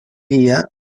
via